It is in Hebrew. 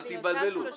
אל תתבלבלו.